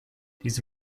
diese